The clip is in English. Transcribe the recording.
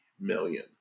million